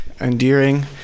endearing